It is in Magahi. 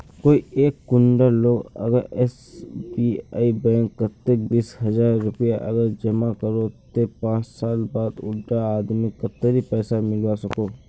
कोई एक कुंडा लोग अगर एस.बी.आई बैंक कतेक बीस हजार रुपया अगर जमा करो ते पाँच साल बाद उडा आदमीक कतेरी पैसा मिलवा सकोहो?